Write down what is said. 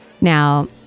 Now